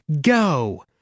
go